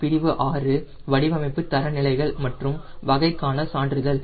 பிரிவு 6 வடிவமைப்பு தரநிலைகள் மற்றும் வகைக்கான சான்றிதழ்